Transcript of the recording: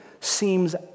seems